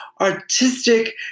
artistic